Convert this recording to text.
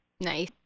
Nice